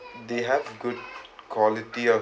they have good quality of